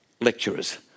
lecturers